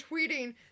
tweeting